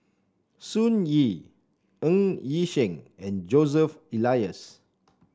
Sun Yee Ng Yi Sheng and Joseph Elias